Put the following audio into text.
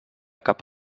cap